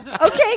Okay